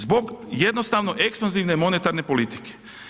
Zbog jednostavno ekspanzivne monetarne politike.